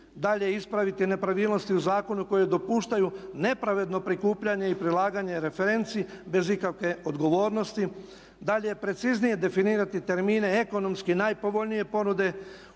Dalje ispraviti nepravilnosti u zakonu koje dopuštaju nepravedno prikupljanje i prilaganje referenci bez ikakve odgovornosti. Dalje, preciznije definirati termine ekonomski najpovoljnije ponude,